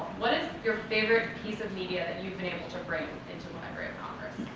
what is your favorite piece of media that you've been able to bring into the library of congress?